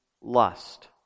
lust